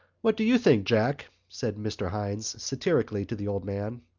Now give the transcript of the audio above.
what do you think, jack? said mr. hynes satirically to the old man.